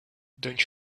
don’t